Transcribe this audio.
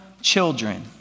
children